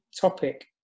topic